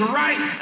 right